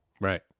Right